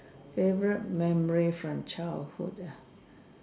favourite memory from childhood ah